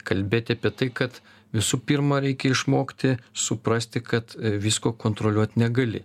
kalbėti apie tai kad visų pirma reikia išmokti suprasti kad visko kontroliuot negali